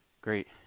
Great